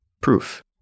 proof